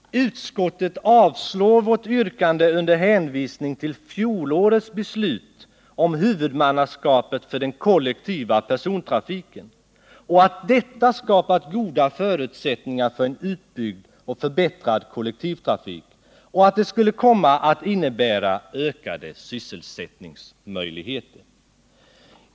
Utskottet avstyrker vårt yrkande under hänvisning till fjolårets beslut om huvudmannaskapet för den kollektiva persontrafiken. Utskottet skriver att detta skapat goda förutsättningar för en utbyggd och förbättrad kollektivtrafik och att det skulle komma att innebära ökade sysselsättningsmöjligheter.